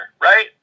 right